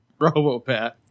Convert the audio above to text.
RoboPat